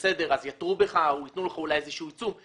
אז יתרו בך או אולי ייתנו לך איזשהו עיצום,